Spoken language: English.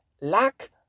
Lack